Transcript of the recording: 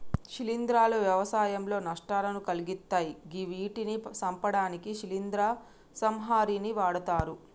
శిలీంద్రాలు వ్యవసాయంలో నష్టాలను కలిగిత్తయ్ గివ్విటిని సంపడానికి శిలీంద్ర సంహారిణిని వాడ్తరు